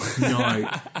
No